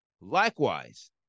Likewise